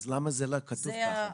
אז למה זה לא כתוב בחוק?